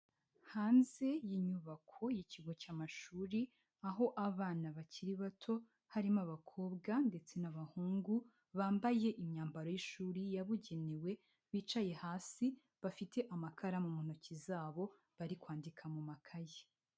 Hanze y'inyubako ikigo cy'amashuri, aho abana bakiri bato harimo abakobwa ndetse n'abahungu bambaye imyambaro y'ishuri yabugenewe bicaye hasi, bafite amakara mu ntoki zabo bari kwandika mu makaye.